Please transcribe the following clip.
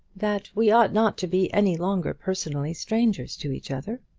that we ought not to be any longer personally strangers to each other.